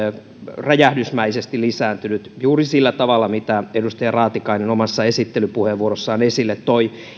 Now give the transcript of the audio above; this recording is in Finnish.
räjähdysmäisesti lisääntynyt juuri sillä tavalla mitä edustaja raatikainen omassa esittelypuheenvuorossaan esille toi